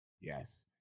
Yes